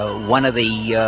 ah one of the yeah